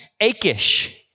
Achish